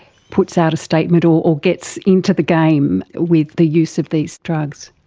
puts out a statement or gets into the game with the use of these drugs?